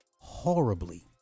horribly